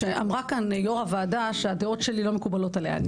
אמרה כאן יו"ר הוועדה שהדעות שלי לא מקובלות עליה.